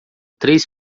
três